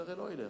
זה הרי לא ילך.